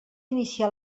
iniciar